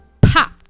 pop